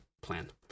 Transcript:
plan